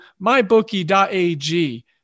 mybookie.ag